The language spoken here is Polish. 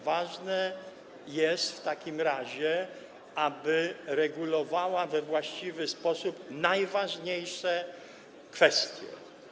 Ważne jest w takim razie, aby regulowała we właściwy sposób najważniejsze kwestie.